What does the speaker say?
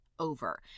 over